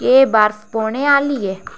क्या बर्फ पौने आह्ली ऐ